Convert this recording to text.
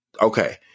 Okay